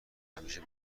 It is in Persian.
همیشه